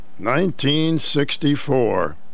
1964